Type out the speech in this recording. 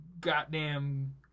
goddamn